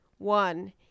One